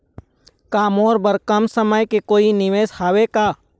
का मोर बर कम समय के कोई निवेश हावे का?